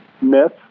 Myth